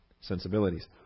sensibilities